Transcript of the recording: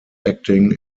acting